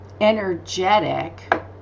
energetic